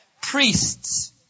priests